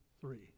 three